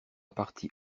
partie